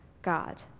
God